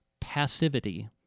passivity